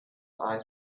eyes